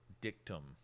dictum